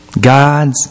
God's